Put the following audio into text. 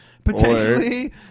Potentially